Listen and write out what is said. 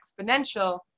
exponential